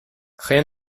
rien